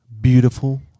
Beautiful